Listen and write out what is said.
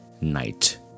night